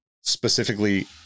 specifically